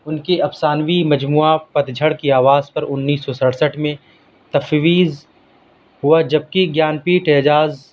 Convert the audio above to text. ان کی افسانوی مجموعہ پت جھڑ کی آواز پر انیس سو سڑسٹھ میں تفویض ہوا جب کہ گیان پیٹھ اعجاز